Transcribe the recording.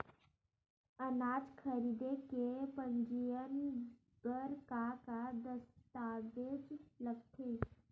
अनाज खरीदे के पंजीयन बर का का दस्तावेज लगथे?